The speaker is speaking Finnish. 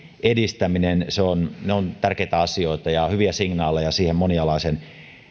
edistäminen ne ovat tärkeitä asioita ja hyviä signaaleja siihen monialaiseen